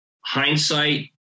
hindsight